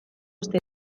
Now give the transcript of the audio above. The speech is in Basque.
uste